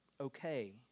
okay